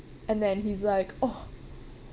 and then he's like oh